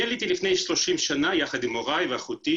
אני עליתי לפני 30 שנים יחד עם הוריי ואחותי